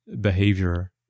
behavior